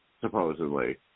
supposedly